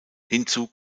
hinzu